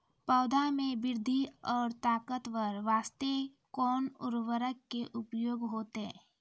पौधा मे बृद्धि और ताकतवर बास्ते कोन उर्वरक के उपयोग होतै?